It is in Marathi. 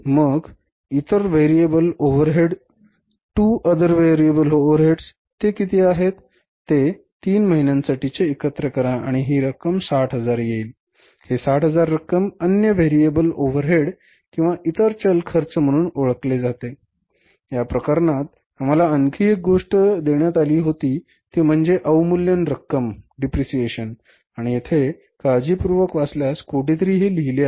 मग इतर व्हेरिएबल ओव्हरहेड आणि येथे काळजीपूर्वक वाचल्यास कोठेतरी हे लिहिले आहे